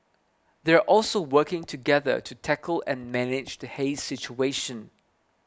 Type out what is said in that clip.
they are also working together to tackle and manage the haze situation